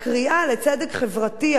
הקריאה לצדק חברתי,